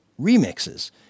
remixes